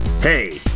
Hey